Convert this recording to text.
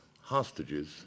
hostages